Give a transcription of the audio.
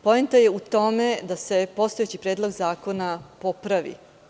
Poenta je u tome da se postojeći Predlog zakona popravi.